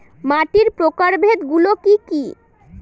মাটির প্রকারভেদ গুলো কি কী?